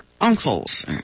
uncles